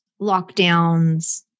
lockdowns